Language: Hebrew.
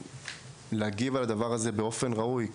הממשלה להגיב על הדבר הזה באופן ראוי.